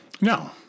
No